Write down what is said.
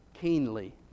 keenly